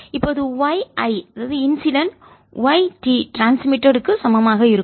இப்போது y I incident y T transmitted பரவுவதற்கு க்கு சமமாக இருக்கும்